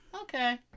Okay